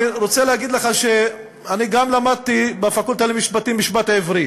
אני רוצה להגיד לך שאני גם למדתי בפקולטה למשפטים משפט עברי.